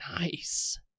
Nice